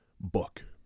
book